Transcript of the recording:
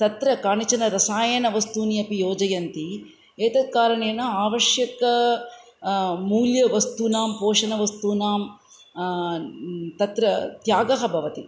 तत्र कानिचन रसायनवस्तूनि अपि योजयन्ति एतत् कारणेन आवश्यक मूल्यवस्तूनां पोषणवस्तूनां तत्र त्यागः भवति